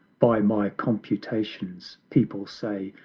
by my computations, people say,